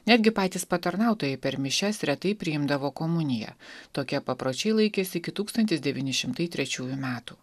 netgi patys patarnautojai per mišias retai priimdavo komuniją tokie papročiai laikėsi iki tūkstantis devyni šimtai trečiųjų metų